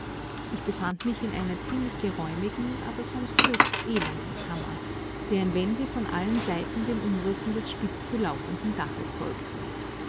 ich befand mich in einer ziemlich geräumigen sonst aber höchst elenden kammer deren wände von allen seiten den umrissen des spitzzulaufenden daches folgten